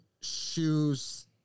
shoes